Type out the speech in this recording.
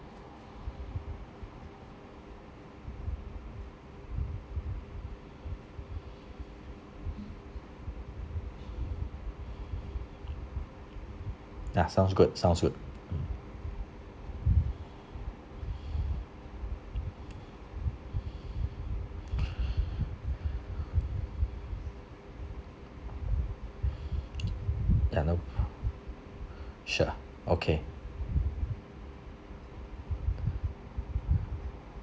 ya sounds good sounds good mm ya no sure okay